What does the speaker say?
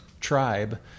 tribe